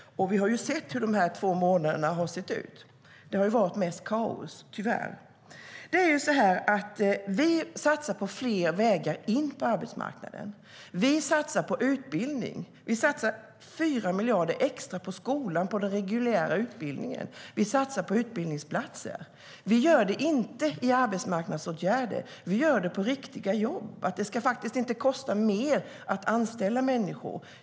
Vi har sett hur de här två månaderna har sett ut. Det har tyvärr mest varit kaos. Vi satsar på fler vägar in på arbetsmarknaden. Vi satsar på utbildning. Vi satsar 4 miljarder extra på skolan och den reguljära utbildningen. Vi satsar på utbildningsplatser. Vi satsar inte på arbetsmarknadsåtgärder, utan på riktiga jobb. Det ska faktiskt inte kosta mer att anställa människor.